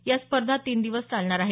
या स्पर्धा तीन दिवस चालणार आहेत